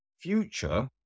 future